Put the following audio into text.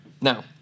Now